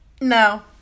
No